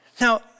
Now